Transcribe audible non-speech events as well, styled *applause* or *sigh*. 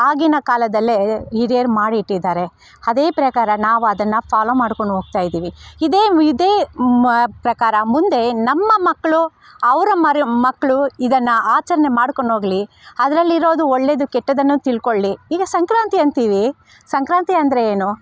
ಆಗಿನ ಕಾಲದಲ್ಲೇ ಹಿರಿಯರು ಮಾಡಿಟ್ಟಿದ್ದಾರೆ ಅದೇ ಪ್ರಕಾರ ನಾವು ಅದನ್ನು ಫಾಲೋ ಮಾಡ್ಕೊಂಡು ಹೋಗ್ತಾಯಿದ್ದೀವಿ ಇದೇ ವಿದೇ *unintelligible* ಪ್ರಕಾರ ಮುಂದೆ ನಮ್ಮ ಮಕ್ಳು ಅವರ ಮರಿ ಮಕ್ಳು ಇದನ್ನು ಆಚರ್ಣೆ ಮಾಡ್ಕೊಂಡೋಗಲಿ ಅದರಲ್ಲಿರೋದು ಒಳ್ಳೆದು ಕೆಟ್ಟದ್ದನ್ನು ತಿಳ್ಕೊಳ್ಳಿ ಈಗ ಸಂಕ್ರಾಂತಿ ಅಂತೀವಿ ಸಂಕ್ರಾಂತಿ ಅಂದರೆ ಏನು